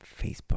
Facebook